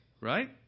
right